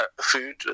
food